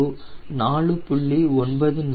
186 0